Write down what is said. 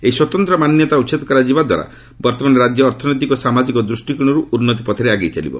ଏହି ସ୍ୱତନ୍ତ୍ର ମାନ୍ୟତା ଉଚ୍ଛେଦ କରାଯିବା ଦ୍ୱାରା ବର୍ତ୍ତମାନ ରାଜ୍ୟ ଅର୍ଥନୈତିକ ଓ ସାମାଜିକ ଦୃଷ୍ଟିକୋଣର୍ତ ଉନ୍ନତି ପଥରେ ଆଗେଇ ଚାଲିବ